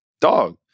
Dog